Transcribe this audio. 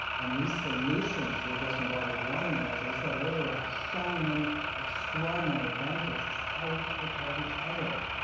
and these solutions reversing global warming, as i said earlier, have so many extraordinary benefits is how we take care of each other.